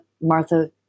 Martha